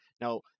Now